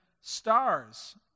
stars